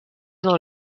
dans